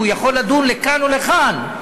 והוא יכול לדון לכאן או לכאן,